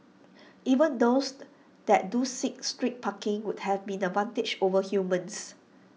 even those that do seek street parking would have an advantage over humans